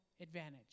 advantage